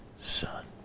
Son